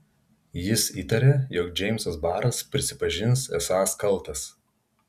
jis įtarė jog džeimsas baras prisipažins esąs kaltas